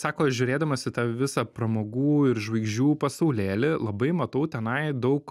sako aš žiūrėdamas į tą visą pramogų ir žvaigždžių pasaulėlį labai matau tenai daug